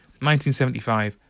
1975